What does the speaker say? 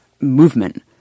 movement